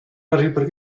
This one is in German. darüber